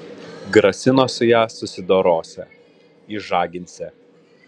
grasino su ja susidorosią išžaginsią